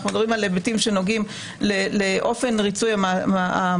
אנחנו מדברים על היבטים שנוגעים לאופן ריצוי המאסר